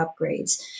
upgrades